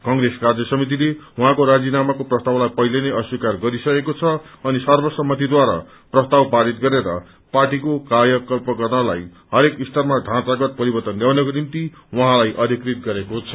कंग्रेस कार्यसमितिले उहाँको राजीनामाको प्रस्तावलाई पहिले नै अस्वीकार गरिसकेको छ अनि सर्वसम्मतिद्वारा प्रस्ताव पारित गरेर पार्टीको कायाकल्प गर्नलाई हरेक स्तरमा ढाँचागत परिवर्तन ल्याउनको निम्ति उहाँलाई अधिकृति गरेको छ